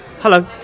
Hello